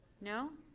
no?